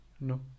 No